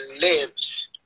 lives